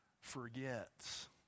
forgets